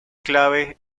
clave